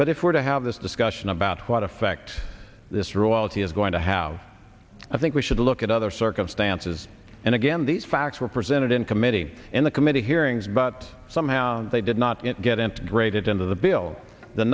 but if we're to have this discussion about what effect this royalty is going to how i think we should look at other circumstances and again these facts were presented in committee in the committee hearings but somehow they did not get integrated into the bill the